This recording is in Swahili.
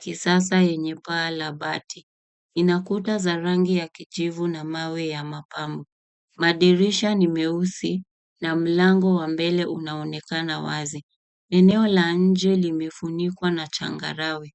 kisasa yenye paa la bati. Ina kuta za rangi ya kijivu na mawe ya mapambo. Madirisha ni meusi na mlango wa mbele unaonekana wazi. Eneo la nje limefunikwa na changarawe.